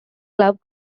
club